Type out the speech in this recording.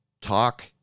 talk